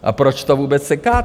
A proč to vůbec sekáte?